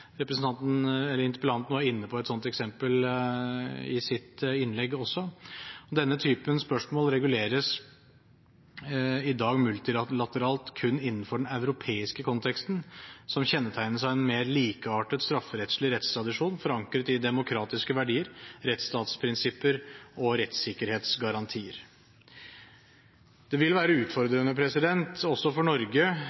Interpellanten var inne på et slikt eksempel i sitt innlegg også. Denne typen spørsmål reguleres i dag multilateralt kun innenfor den europeiske konteksten som kjennetegnes av en mer likeartet strafferettslig rettstradisjon forankret i demokratiske verdier, rettsstatsprinsipper og rettssikkerhetsgarantier. Det vil være utfordrende også for Norge